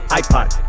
iPod